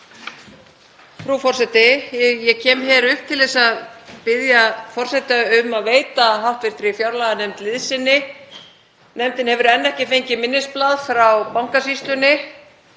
Frú forseti. Ég kem hér upp til að biðja forseta um að veita hv. fjárlaganefnd liðsinni. Nefndin hefur enn ekki fengið minnisblað frá Bankasýslunni